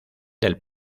del